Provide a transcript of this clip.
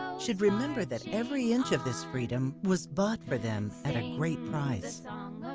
um should remember that every inch of this freedom was bought for them at a great price.